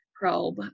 probe